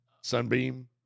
Sunbeam